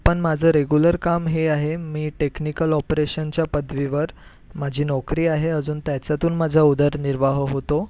पण माझं रेग्युलर काम हे आहे मी टेक्निकल ऑपरेशनच्या पदवीवर माझी नोकरी आहे अजून त्याच्यातून माझा उदरनिर्वाह होतो